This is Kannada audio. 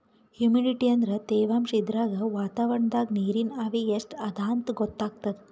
ಹುಮಿಡಿಟಿ ಅಂದ್ರ ತೆವಾಂಶ್ ಇದ್ರಾಗ್ ವಾತಾವರಣ್ದಾಗ್ ನೀರಿನ್ ಆವಿ ಎಷ್ಟ್ ಅದಾಂತ್ ಗೊತ್ತಾಗ್ತದ್